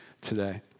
today